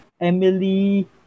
Emily